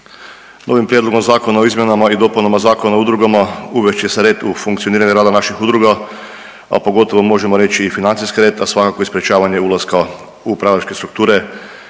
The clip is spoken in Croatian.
Novim Prijedlogom Zakona o izmjenama i dopunama Zakona o udrugama uvest će se red u funkcioniranje rada naših udruga, a pogotovo možemo reći i financijski red, a svakako i sprječavanje ulaska u upravljačke strukture